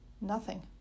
Nothing